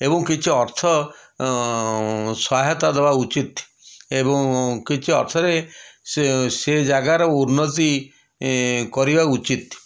ଏବଂ କିଛି ଅର୍ଥ ସହାୟତା ଦେବା ଉଚିତ ଏବଂ କିଛି ଅର୍ଥରେ ସେ ସେ ଜାଗାର ଉନ୍ନତି କରିବା ଉଚିତ